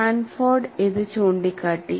Sanford ഇത് ചൂണ്ടിക്കാട്ടി